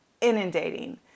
inundating